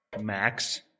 Max